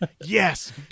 Yes